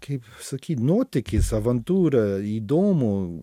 kaip sakyt nuotykis avantiūra įdomu